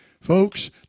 Folks